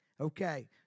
Okay